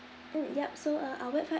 mm yup so uh our WIFI